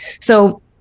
So-